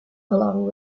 along